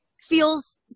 feels